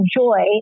joy